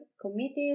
committed